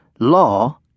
Law